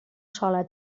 sola